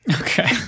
Okay